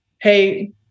Hey